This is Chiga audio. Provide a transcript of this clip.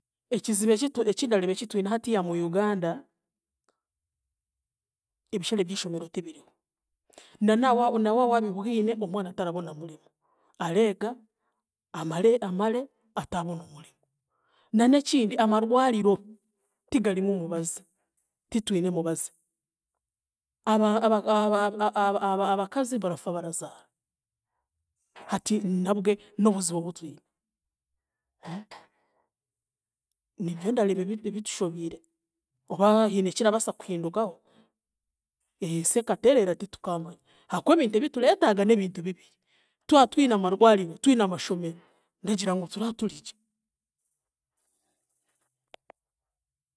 Ekizibu ekitu ekindareeba ekitwine hatiiya mu Uganda, ebishare byishomero tibiriho. Nanawa na waabibwine omwana, mwana tarabona murimo, areega amare, amare ataabona omurimo. Na n'ekindi amarwariro, tigarimu mubazi, titwine mubazi, aba- aba- aba- abakazi barafa barazaara hati nabwe n'obuzibu butwine, nibyo ndareeba ebi- ebitushobiire oba hiine ekirabaasa kuhindukaho ensi ekatereera titukaamanya ahaakuba ebintu bitureetaaga n'ebintu bibiri; twatwine amarwariro, twine amashomero ndagira ngu tura turigye.